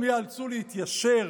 הם ייאלצו להתיישר,